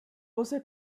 você